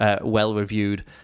well-reviewed